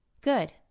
Good